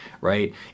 right